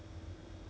oh